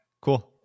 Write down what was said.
Cool